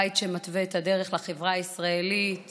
הבית שמתווה את הדרך לחברה הישראלית